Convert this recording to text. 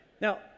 Now